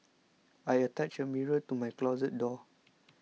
I attached a mirror to my closet door